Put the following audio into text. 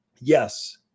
Yes